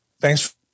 Thanks